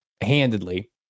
handedly